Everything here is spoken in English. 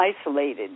isolated